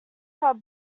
had